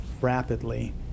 rapidly